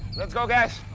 let's go, guys.